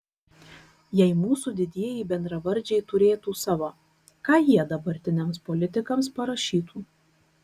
jei mūsų didieji bendravardžiai turėtų savo ką jie dabartiniams politikams parašytų